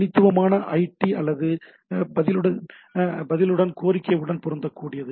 தனித்துவமான ஐடி ஆனது பதிலுடன் கோரிக்கையுடன் பொருந்தக்கூடியது